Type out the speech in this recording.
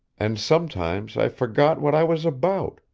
and sometimes i forgot what i was about,